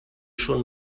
schon